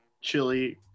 chili